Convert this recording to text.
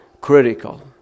critical